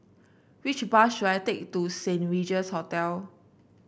which bus should I take to Saint Regis Hotel